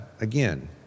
again